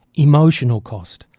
emotional cost,